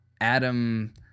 Adam